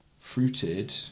fruited